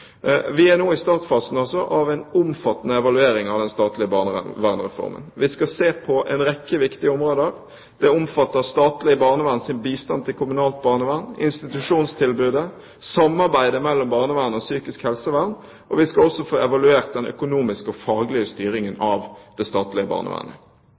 Vi er nå i startfasen av en omfattende evaluering av den statlige barnevernsreformen. Vi skal se på en rekke viktige områder. Det omfatter statlig barneverns bistand til kommunalt barnevern, institusjonstilbudet, samarbeidet mellom barnevernet og psykisk helsevern, og vi skal også få evaluert den økonomiske og faglige styringen av det statlige barnevernet.